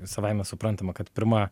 savaime suprantama kad pirma